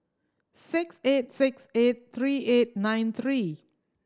six eight six eight three eight nine three